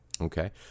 okay